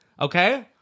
okay